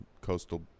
coastal